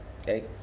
Okay